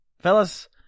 Fellas